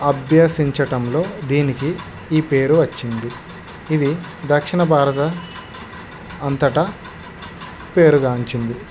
అభ్యసించటంలో దీనికి ఈ పేరు వచ్చింది ఇది దక్షిణ భారతం అంతటా పేరుగాంచింది